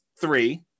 three